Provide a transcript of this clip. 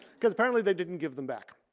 because apparently they didn't give them back.